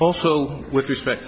also with respect